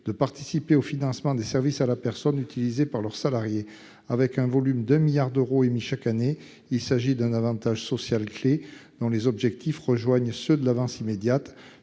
de participer au financement des services à la personne utilisés par leurs salariés. Avec un volume de 1 milliard d'euros émis chaque année, il s'agit d'un avantage social clé dont les objectifs rejoignent ceux de l'avance immédiate